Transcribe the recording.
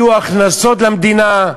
יהיו הכנסות למדינה.